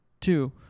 Two